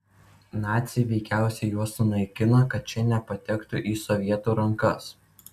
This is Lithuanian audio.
naciai veikiausiai juos sunaikino kad šie nepatektų į sovietų rankas